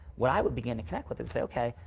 when i would begin to connect with it say. okay,